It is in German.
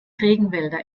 regenwälder